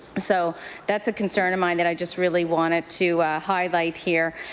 so that's a concern of mine that i just really wanted to highlight here.